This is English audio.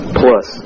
plus